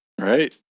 Right